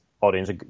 audience